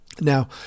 Now